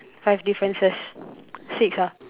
five differences six ah